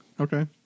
Okay